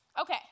Okay